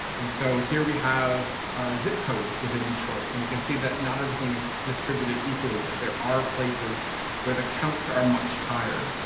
and so here we have zip codes within detroit and we can see that not everything is distributed equally that there are places where the counts are much higher